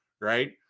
Right